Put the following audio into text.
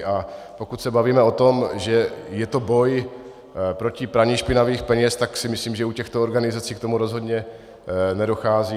A pokud se bavíme o tom, že je to boj proti praní špinavých peněz, tak si myslím, že u těchto organizací k tomu rozhodně nedochází.